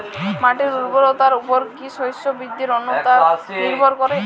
মাটির উর্বরতার উপর কী শস্য বৃদ্ধির অনুপাত নির্ভর করে?